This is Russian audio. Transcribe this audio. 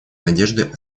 надежды